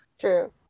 True